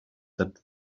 that